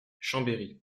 chambéry